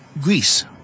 Greece